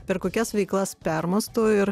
per kokias veiklas permąsto ir